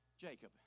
Jacob